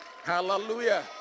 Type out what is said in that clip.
Hallelujah